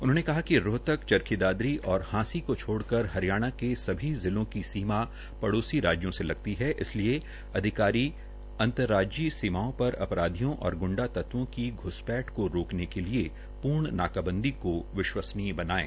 उन्होंने कहा कि रोहतक चारखी दादरी और हांसी को छोड़कर हरियाणा के सभी जिलों की सीमा पड़ोसी राज्यों से लगती है इसलिये अधिकारी अंतर्राज्यीय सीमाओं पर अपराधियों और ग्ंडा तत्वों की घ्स पैठ को रोकने के लिये पूर्ण नाकाबंदी को विश्वसनीय बनाये